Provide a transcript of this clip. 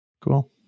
Cool